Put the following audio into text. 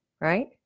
right